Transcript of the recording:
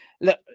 Look